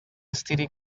std